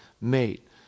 mate